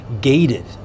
gated